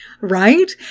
Right